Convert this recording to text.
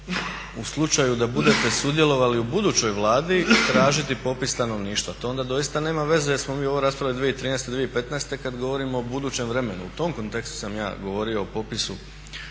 u slučaju da budete sudjelovali u budućoj Vladi tražiti popis stanovništva, to onda doista nema veze jesmo li mi ovo raspravili 2013., 2015. kada govorimo o budućem vremenu. U tom kontekstu sam ja govorio o popisu stanovništva.